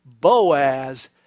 Boaz